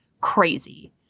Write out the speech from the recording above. crazy